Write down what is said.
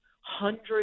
hundreds